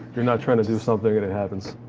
you're not trying to do something, it happens.